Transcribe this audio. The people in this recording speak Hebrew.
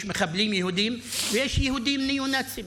יש מחבלים יהודים ויש יהודים ניאו-נאצים,